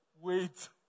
Wait